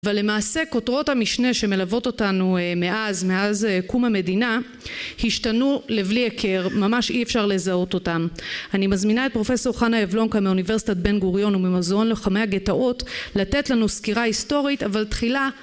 ולמעשה כותרות המשנה שמלוות אותנו מאז, מאז קום המדינה, השתנו לבלי היכר, ממש אי אפשר לזהות אותן. אני מזמינה את פרופסור חנה יבלונקה מאוניברסיטת בן גוריון וממוזיאון לחמי הגטאות, לתת לנו סקירה היסטורית. אבל תחילה